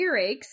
earaches